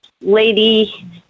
lady